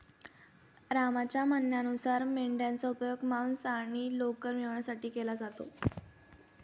रामच्या म्हणण्यानुसार मेंढयांचा उपयोग मांस आणि लोकर मिळवण्यासाठी केला जातो